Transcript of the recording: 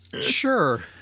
Sure